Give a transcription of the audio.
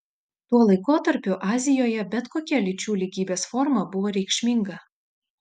tuo laikotarpiu azijoje bet kokia lyčių lygybės forma buvo reikšminga